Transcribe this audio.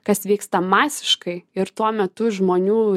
kas vyksta masiškai ir tuo metu žmonių